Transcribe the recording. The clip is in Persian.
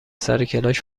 سرکلاس